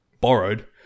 borrowed